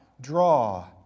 draw